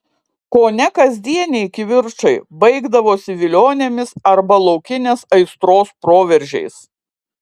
kone kasdieniai kivirčai baigdavosi vilionėmis arba laukinės aistros proveržiais